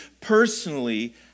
personally